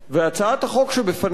והצעת החוק שבפנינו,